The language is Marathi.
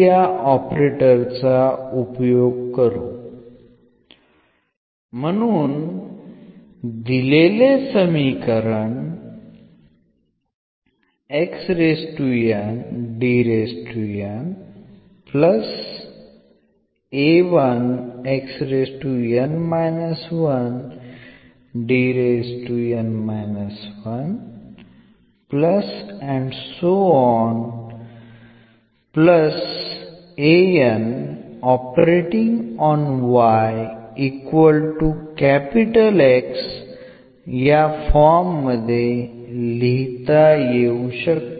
या ऑपरेटर चा उपयोग करू म्हणून दिलेले समीकरण या फॉर्म मध्ये लिहिता येऊ शकते